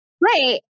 right